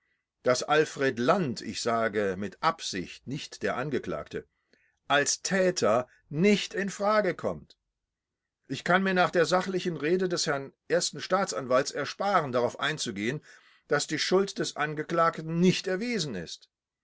daß alfred land ich sage mit absicht nicht der angeklagte als täter nicht in frage kommt ich kann mir nach der sachlichen rede des herrn ersten staatsanwalts ersparen darauf einzugehen daß die schuld des angeklagten nicht erwiesen ist